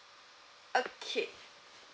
okay